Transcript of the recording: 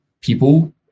people